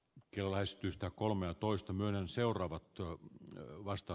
nokkelaistystä kolmetoista myönnän seuraava työ on vasta